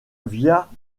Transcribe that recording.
via